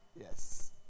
Yes